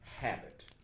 habit